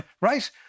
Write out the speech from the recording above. right